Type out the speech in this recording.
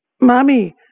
Mommy